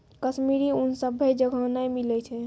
कश्मीरी ऊन सभ्भे जगह नै मिलै छै